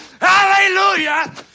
Hallelujah